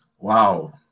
Wow